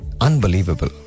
unbelievable